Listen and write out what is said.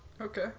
Okay